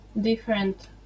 different